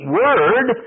word